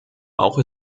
auch